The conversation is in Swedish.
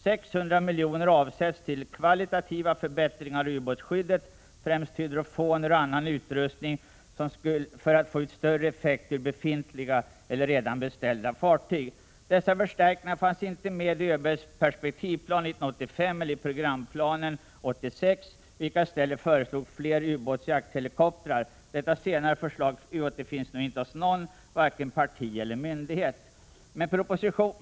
600 miljoner avsätts för kvalitativa förbättringar av ubåtsskyddet — det gäller främst hydrofoner och annan utrustning — för att man skall få ut större effekt ur befintliga eller redan beställda fartyg. Dessa förstärkningar fanns inte med i ÖB:s perspektivplan 1985 eller i programplanen 1986, i vilka i stället föreslogs flera ubåtsjakthelikoptrar. Detta senare förslag återfinns nu inte hos någon, vare sig hos något parti eller någon myndighet.